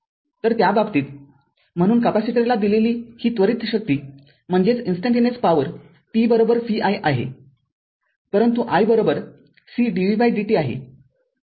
तर त्या बाबतीत म्हणून कॅपेसिटरला दिलेली ही त्वरित शक्ती p v i आहे परंतु i c dv dt आहे